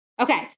Okay